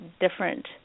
different